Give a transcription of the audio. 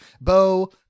Bo